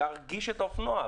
להרגיש את האופנוע?